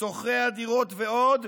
שוכרי הדירות ועוד,